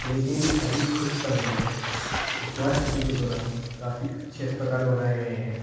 लेकिन अभी कुछ समय में इस्मार्ट सिटी के दौरान काफ़ी अस्पताल बनाए गए हैं